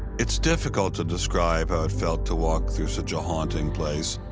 it's difficult to describe how it felt to walk through such a haunting place,